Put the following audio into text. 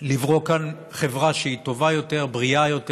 לברוא כאן חברה שהיא טובה יותר, בריאה יותר